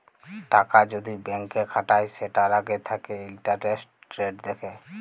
টাকা যদি ব্যাংকে খাটায় সেটার আগে থাকে ইন্টারেস্ট রেট দেখে